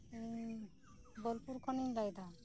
ᱵᱚᱞᱯᱩᱨ ᱠᱷᱚᱱᱤᱧ ᱞᱟᱹᱭᱮᱫᱟ